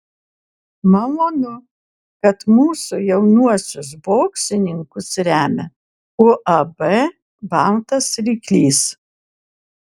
malonu kad mūsų jaunuosius boksininkus remia uab baltas ryklys